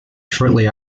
shortly